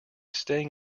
staying